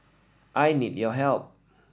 I need your help